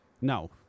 No